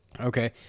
Okay